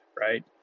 right